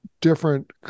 different